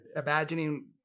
imagining